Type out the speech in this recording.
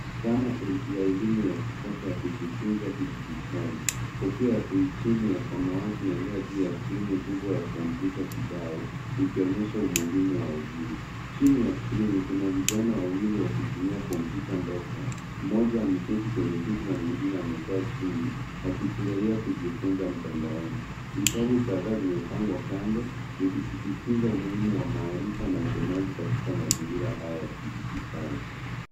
Dhana ya elimu ya kisasa ya kujifunza kidijitali; kofia ya kuhitimu ya samawati inaelea juu ya skrini kubwa ya kompyuta kibau ikionyesha umuhimu wa elimu. Chini ya skrini kuna vijana wawili wakitumia kompyuta ndogo, mmoja ameketi kwenye kiti na mwingine amekaa chini wakifurahia kujifunza mtandaoni. Vitabu kadhaa vimepangwa kando vikisisitiza umuhimu wa maarifa na usomaji katika mazingira haya ya kidijitali.